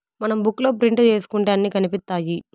మనం బుక్ లో ప్రింట్ ఏసుకుంటే అన్ని కనిపిత్తాయి